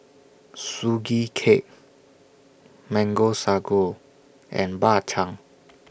Sugee Cake Mango Sago and Bak Chang